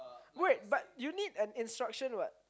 wait but you need an instruction [what]